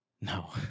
no